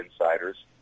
insiders